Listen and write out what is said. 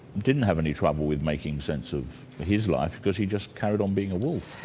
didn't have any trouble with making sense of his life, because he just carried on being a wolf.